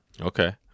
Okay